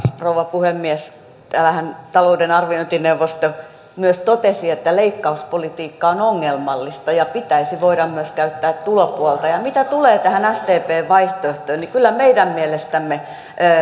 rouva puhemies täällähän talouden arviointineuvosto myös totesi että leikkauspolitiikka on ongelmallista ja pitäisi voida käyttää myös tulopuolta mitä tulee tähän sdpn vaihtoehtoon niin kyllä meidän mielestämme